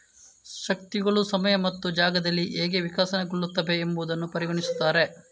ಶಕ್ತಿಗಳು ಸಮಯ ಮತ್ತು ಜಾಗದಲ್ಲಿ ಹೇಗೆ ವಿಕಸನಗೊಳ್ಳುತ್ತವೆ ಎಂಬುದನ್ನು ಪರಿಗಣಿಸುತ್ತಾರೆ